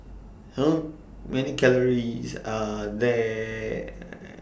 How Many Calories Does Are The